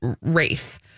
race